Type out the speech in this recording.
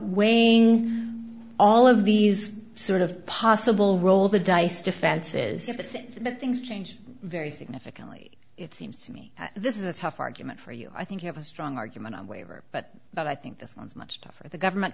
weighing all of these sort of possible roll the dice defense is a thing but things change very significantly it seems to me this is a tough argument for you i think you have a strong argument on waiver but but i think this one is much tougher the government